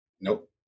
Nope